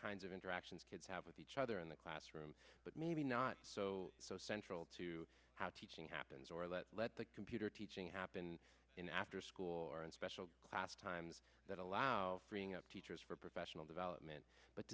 kinds of interactions kids have with each other in the classroom but maybe not so so central to our teaching happens or let's let the computer teaching happen in after school or in special class times that allow freeing up teachers for professional development but